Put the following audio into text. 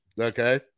Okay